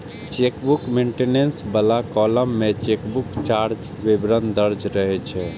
chequebook maintenance बला column मे chequebook चार्जक विवरण दर्ज रहै छै